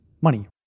money